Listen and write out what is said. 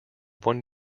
one